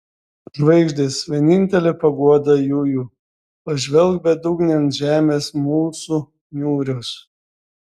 žvaigždės vienintele paguoda jųjų pažvelk bedugnėn žemės mūsų niūrios